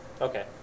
Okay